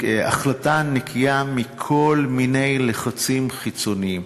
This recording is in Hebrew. החלטה נקייה מכל מיני לחצים חיצוניים.